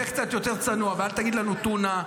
תהיה קצת יותר צנוע ואל תגיד לנו טונה,